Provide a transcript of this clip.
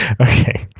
Okay